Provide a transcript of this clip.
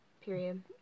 Period